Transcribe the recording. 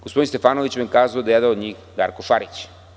Gospodin Stefanović je kazao da je jedan od njih Darko Šarić.